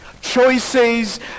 Choices